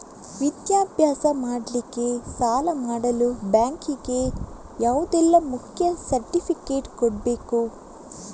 ವಿದ್ಯಾಭ್ಯಾಸ ಮಾಡ್ಲಿಕ್ಕೆ ಸಾಲ ಮಾಡಲು ಬ್ಯಾಂಕ್ ಗೆ ಯಾವುದೆಲ್ಲ ಮುಖ್ಯ ಸರ್ಟಿಫಿಕೇಟ್ ಕೊಡ್ಬೇಕು?